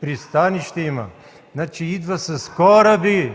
Пристанище има, значи идва с кораби!